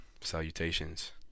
salutations